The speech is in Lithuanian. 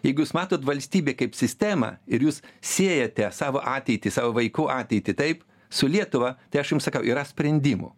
jeigu jūs matot valstybę kaip sistemą ir jūs siejate savo ateitį savo vaikų ateitį taip su lietuva tai aš jums sakau yra sprendimų